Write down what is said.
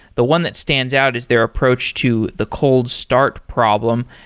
the one that stands out is their approach to the cold start problem.